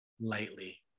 lightly